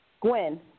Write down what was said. Gwen